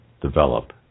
develop